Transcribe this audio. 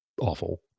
awful